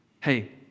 Hey